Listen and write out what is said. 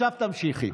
עכשיו תמשיכי.